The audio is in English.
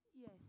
Yes